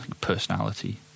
personality